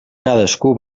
cadascú